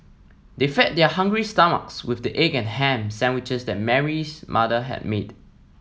they fed their hungry stomachs with the egg and ham sandwiches that Mary's mother had made